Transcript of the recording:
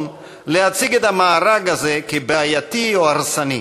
להציג את המארג הזה כבעייתי או הרסני.